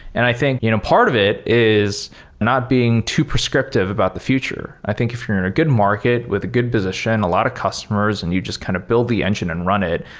and i think you know part of it is not being too prescriptive about the future. i think if you're in a good market with a good position, a lot of customers and you just kind of build the engine and run it,